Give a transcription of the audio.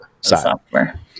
software